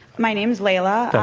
my name is leila.